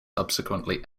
subsequently